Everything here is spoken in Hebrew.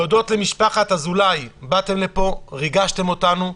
להודות למשפחת א’, באתם לפה, ריגשתם אותנו.